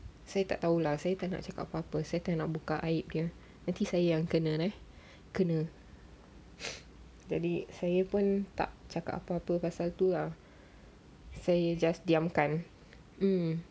saya tak tahu lah saya tak nak cakap apa-apa saya tak nak buka aib dia nanti saya yang kena eh kena jadi saya pun tak cakap apa-apa pasal tu ah saya just diamkan mm